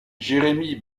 jérémie